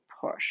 push